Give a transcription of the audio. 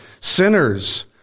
sinners